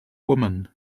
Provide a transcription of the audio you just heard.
woman